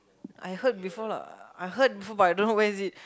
I heard before lah I heard before but I don't know where is it